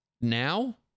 Now